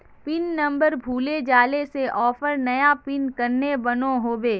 Pin number भूले जाले से ऑफर नया पिन कन्हे बनो होबे?